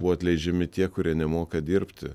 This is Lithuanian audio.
buvo atleidžiami tie kurie nemoka dirbti